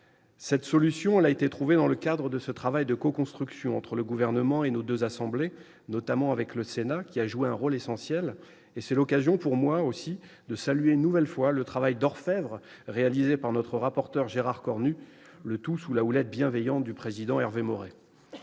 Cette solution a été trouvée dans le cadre de ce travail de coconstruction entre le Gouvernement et nos deux assemblées, notamment le Sénat, qui a joué un rôle essentiel. C'est l'occasion pour moi de saluer une nouvelle fois le travail d'orfèvre réalisé par notre rapporteur Gérard Cornu sous la houlette bienveillante du président Hervé Maurey.